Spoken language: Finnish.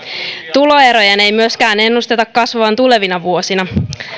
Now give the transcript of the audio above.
tuloerojen ei myöskään ennusteta kasvavan tulevina vuosina